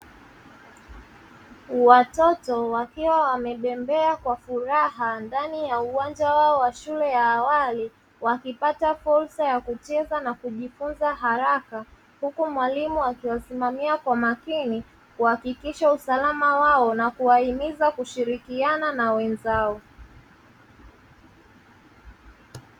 Watoto wakiwa wamebembea kwa furaha ndani ya uwanja wao wa shule ya awali wakipata fursa ya kucheza na kujifunza haraka, huku mwalimu akiwasimamia kwa makini kuhakikisha usalama wao na kuwahimiza kushirikiana na wenzao.